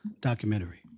documentary